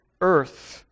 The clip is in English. Earth